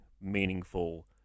meaningful